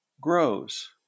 grows